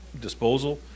disposal